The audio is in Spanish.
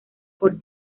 por